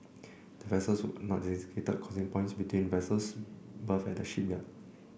there were also no designated crossing points between vessels berthed at the shipyard